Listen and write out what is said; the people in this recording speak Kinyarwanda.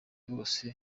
bose